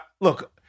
look